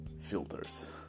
filters